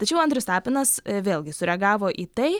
tačiau andrius tapinas vėlgi sureagavo į tai